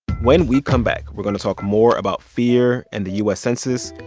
when we come back, we're going to talk more about fear and the u s. census.